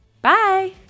Bye